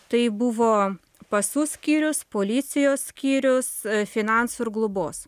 tai buvo pasų skyrius policijos skyrius finansų ir globos